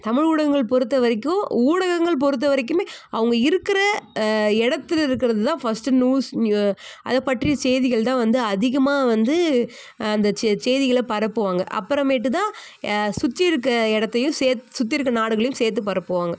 தமிழ் ஊடகங்கள் பொறுத்த வரைக்கும் ஊடகங்கள் பொறுத்த வரைக்குமே அவங்க இருக்கிற இடத்துல இருக்கிறதுதான் ஃபஸ்ட்டு நியூஸ் அதை பற்றி செய்திகள்தான் வந்து அதிகமாக வந்து அந்த செ செய்திகளை பரப்புவாங்க அப்புறமேட்டுதான் சுற்றி இருக்கற இடத்தையும் சேர்த்து சுற்றி இருக்கற நாடுகளையும் சேர்த்து பரப்புவாங்க